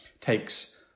takes